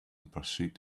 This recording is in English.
pursuit